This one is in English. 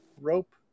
Rope